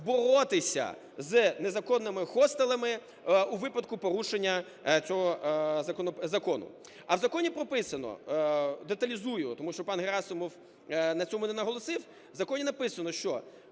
боротися з незаконними хостелами у випадку порушення цього закону. А в законі прописано, деталізую, тому що пан Герасимов на цьому не наголосив, в законі написано, що